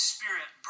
Spirit